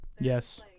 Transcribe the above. Yes